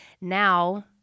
Now